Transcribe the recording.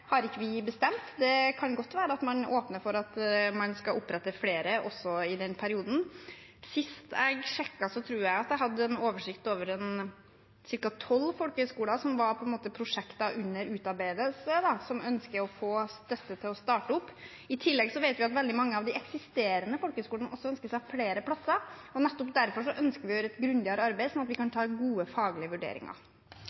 har vi ikke bestemt. Det kan godt være at man åpner for å opprette flere også i den perioden. Sist jeg sjekket, tror jeg at jeg hadde en oversikt over ca. tolv folkehøgskoler som var prosjekter under utarbeidelse, som ønsket å få støtte til å starte opp. I tillegg vet vi at veldig mange av de eksisterende folkehøgskolene ønsker seg flere plasser, og nettopp derfor ønsker vi å gjøre et grundigere arbeid, sånn at vi kan